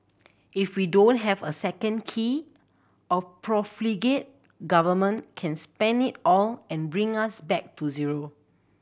if we don't have a second key a profligate Government can spend it all and bring us back to zero